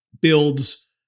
builds